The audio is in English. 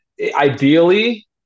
ideally